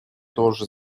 тоже